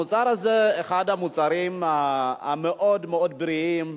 המוצר הזה, אחד המוצרים המאוד-מאוד בריאים,